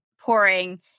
pouring